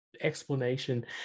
explanation